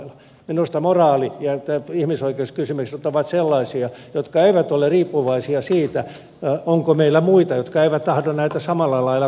minusta moraali ja nämä ihmisoikeuskysymykset ovat sellaisia jotka eivät ole riippuvaisia siitä onko meillä muita jotka eivät tahdo näitä samalla lailla kunnioittaa